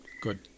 Good